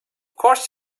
course